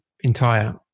entire